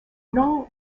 nom